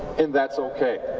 and that's okay.